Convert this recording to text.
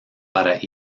para